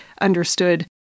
understood